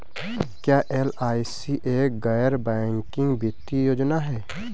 क्या एल.आई.सी एक गैर बैंकिंग वित्तीय योजना है?